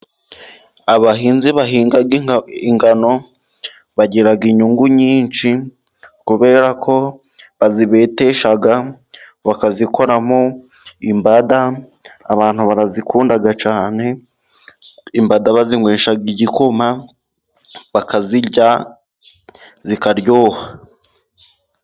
Abahinzi bahinga ingano, bagira inyungu nyinshi, kubera ko bazibetesha bakazikoramo imbada, abantu barazikunda cyane, imbada bazinywesha igikoma, bakazirya, zikaryoha.